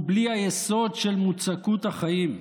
הוא בלי היסוד של מוצקות החיים.